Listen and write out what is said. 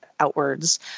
outwards